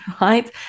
right